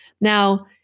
Now